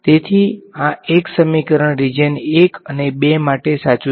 તેથી આ એક સમીકરણ રીજીયન 1 અને 2 માટે સાચું છે